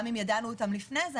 גם אם ידענו לפני זה,